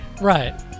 Right